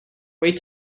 wait